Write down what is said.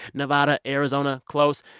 nevada, arizona, close,